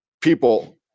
people